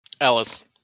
Alice